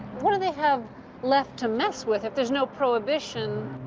what do they have left to mess with if there's no prohibition?